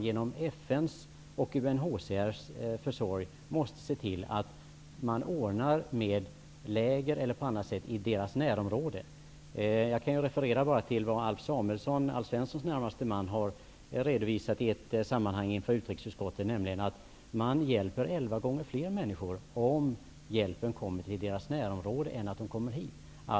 Genom FN:s och UNHCR:s försorg måste man se till att man ordnar med läger eller annat i deras närområde. Jag kan bara referera till vad Alf Samuelsson, Alf Svenssons närmaste man, har redovisat i ett sammanhang inför utrikesutskottet, nämligen att man hjälper elva gånger fler människor om hjäl pen kommer till deras närområde, i stället för att de kommer hit.